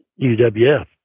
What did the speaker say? UWF